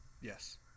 Yes